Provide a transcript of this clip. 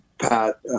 Pat